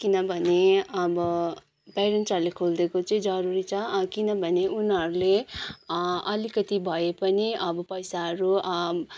किनभने अब प्यारेन्टहरूले खोल्देको चाहिँ जरुरी छ किनभने उनीहरूले अलिकति भए पनि अब पैसाहरू